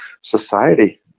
society